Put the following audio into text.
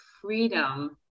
freedom